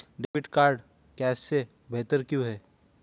Debit card cash से बेहतर क्यों है?